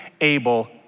Abel